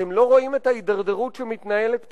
אתם לא רואים את ההידרדרות שמתרחשת פה?